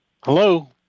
Hello